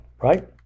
right